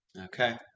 Okay